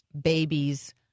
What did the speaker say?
babies